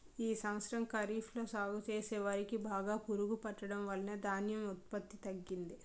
ఈ సంవత్సరం ఖరీఫ్ లో సాగు చేసిన వరి కి బాగా పురుగు పట్టడం వలన ధాన్యం ఉత్పత్తి తగ్గింది